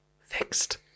Fixed